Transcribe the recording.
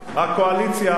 הקואליציה,